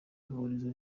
ihurizo